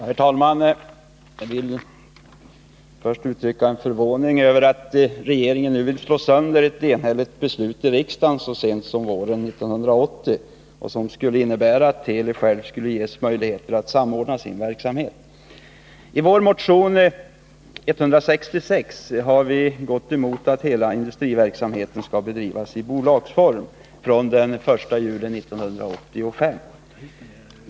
Herr talman! Jag vill först uttrycka förvåning över att regeringen nu vill slå sönder ett enhälligt beslut i riksdagen så sent som våren 1980 och som innebär att Teli själv skulle ges möjlighet att samordna sin verksamhet. I motion 1980/81:166 har jag tillsammans med några partikamrater gått emot förslaget att hela industriverksamheten skall bedrivas i bolagsform fr.o.m. den 1 juli 1985.